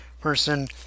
person